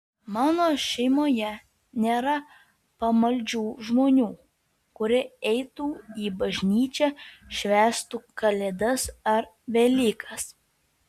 mano šeimoje nėra pamaldžių žmonių kurie eitų į bažnyčią švęstų kalėdas ar velykas